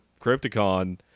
Crypticon